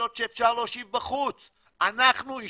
יש מסעדות שאפשר להושיב בחוץ.